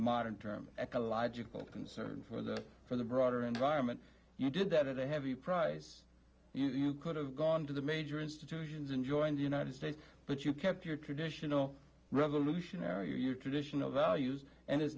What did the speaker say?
modern term ecological concerns for the for the broader environment you did that in a heavy price you could have gone to the major institutions and joined the united states but you kept your traditional revolutionary or your traditional values and i